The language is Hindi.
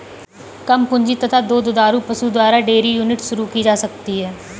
कम पूंजी तथा दो दुधारू पशु द्वारा डेयरी यूनिट शुरू की जा सकती है